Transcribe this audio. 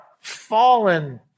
fallen